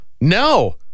No